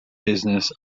business